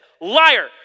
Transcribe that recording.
liar